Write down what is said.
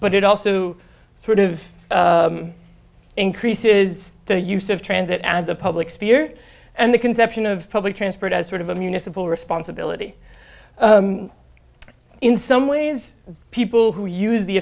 it also sort of increases the use of transit as a public sphere and the conception of public transport as sort of a municipal responsibility in some way is people who use the